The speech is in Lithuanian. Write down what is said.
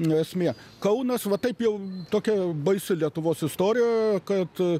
ne esmė kaunas va taip jau tokia baisi lietuvos istorija kad